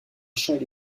champ